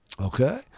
okay